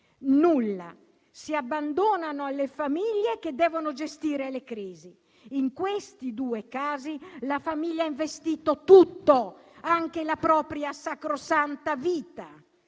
Nulla. Si abbandonano le famiglie che devono gestire le crisi. In questi due casi la famiglia ha investito tutto, anche la propria sacrosanta vita.